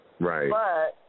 Right